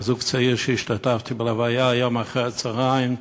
וזוג צעיר, השתתפתי בהלוויה היום אחר-הצהריים,